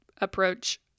approach